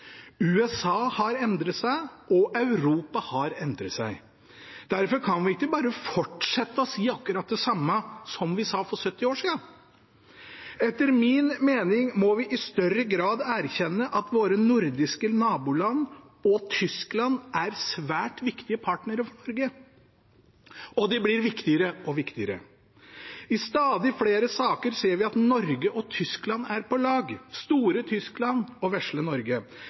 USA har endret seg, og Europa har endret seg. Derfor kan vi ikke bare fortsette å si akkurat det samme som vi sa for 70 år siden. Etter min mening må vi i større grad erkjenne at våre nordiske naboland og Tyskland er svært viktige partnere for Norge. Og de blir viktigere og viktigere. I stadig flere saker ser vi at Norge og Tyskland er på lag – store Tyskland og vesle Norge.